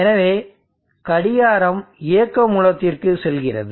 எனவே கடிகாரம் இயக்க மூலத்திற்கு செல்கிறது